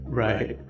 right